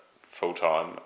full-time